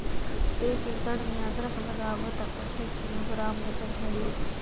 एक एकड़ मे अदरक लगाबो त कतेक किलोग्राम वजन होही?